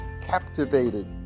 captivated